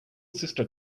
sister